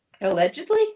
Allegedly